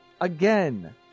Again